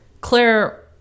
Claire